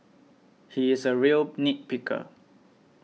he is a real nit picker